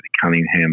Cunningham